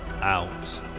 out